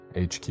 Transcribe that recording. HQ